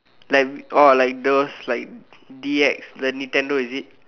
like orh like those like D X the Nintendo is it